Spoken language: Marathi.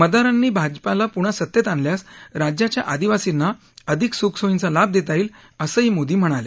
मतदारांनी भाजपाला पुन्हा सत्तेत आणल्यास राज्याच्या आदिवासींना अधिक सुख सोयींचा लाभ देता येईल असंही मोदी म्हणाले